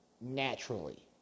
naturally